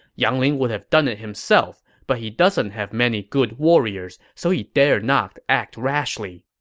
yang ling would have done it himself, but he doesn't have many good warriors, so he dared not act rashly.